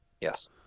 Yes